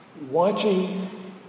Watching